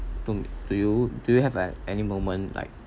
do do you do you have an any moment like